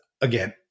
Again